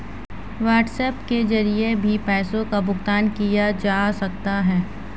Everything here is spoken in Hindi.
व्हाट्सएप के जरिए भी पैसों का भुगतान किया जा सकता है